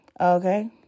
okay